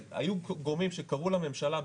שהיו גורמים שקראו לממשלה,